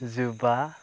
जुबा